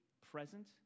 present